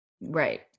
Right